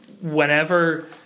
whenever